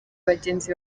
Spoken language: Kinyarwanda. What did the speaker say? bagenzi